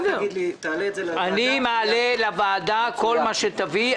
אני אעלה לוועדה כל מה שתביא.